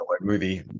movie